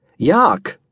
Yuck